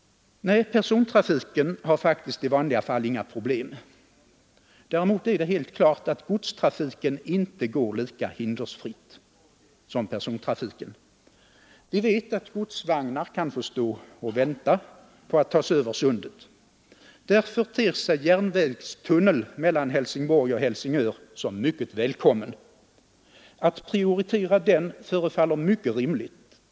Nej, persontrafiken har faktiskt i vanliga fall inga problem. Däremot är det helt klart, att godstrafiken inte går lika hindersfritt som persontrafiken. Vi vet, att godsvagnar kan få stå och vänta på att tas över Sundet. Därför ter sig järnvägstunneln mellan Helsingborg och Helsingör som mycket välkommen. Att prioritera den förefaller mycket rimligt.